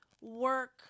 work